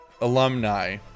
alumni